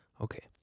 Okay